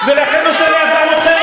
מה שאתה עושה עכשיו נקרא "שובו של,